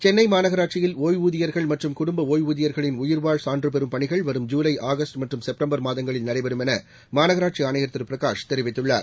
சென்ளை மாநகராட்சியில் ஒய்வூதியர்கள் மற்றும் குடும்ப ஒய்வூதியர்களின் உயிர்வாழ் சான்று பெறும் பணிகள் வரும் ஜூலை ஆகஸ்ட் மற்றும் செப்டம்பர் மாதங்களில் நடைபெறும் என மாநகராட்சி ஆணையர் திரு பிரகாஷ் தெரிவித்துள்ளார்